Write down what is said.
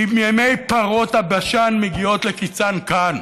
כי ימי פרות הבשן מגיעים לקיצם כאן.